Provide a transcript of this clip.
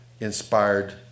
inspired